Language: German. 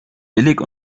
billig